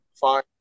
Fine